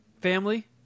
family